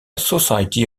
society